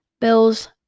bills